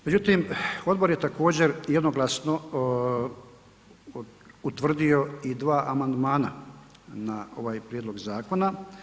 Međutim, odbor je također jednoglasno utvrdio i dva amandmana na ovaj prijedlog zakona.